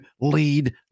lead